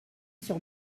sur